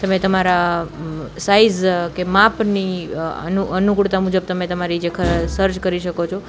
તમે તમારા સાઇઝ કે માપની અનુ અનુકૂળતા મુજબ તમે તમારી જે ખ સર્ચ કરી શકો છો